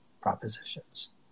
propositions